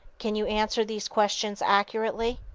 can you answer these questions accurately?